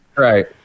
Right